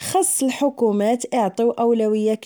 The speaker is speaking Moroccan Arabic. خاص الحكومات اعطيو اولوية